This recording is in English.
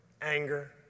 Anger